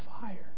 fire